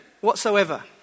whatsoever